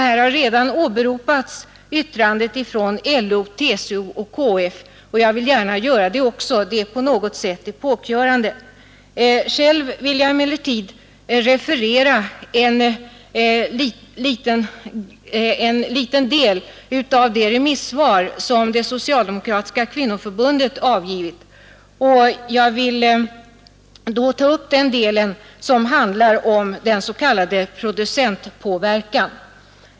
Här har redan åberopats yttrandet från LO, TCO och KF, och även jag vill gärna åberopa detta. Det är på något sätt epokgörande. Själv vill jag emellertid referera en liten del av det remissvar som det socialdemokratiska kvinnoförbundet avgivit och då ta upp det avsnitt som handlar om den s.k. producentpåverkan.